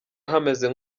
hameze